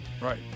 Right